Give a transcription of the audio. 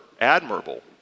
admirable